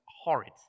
horrid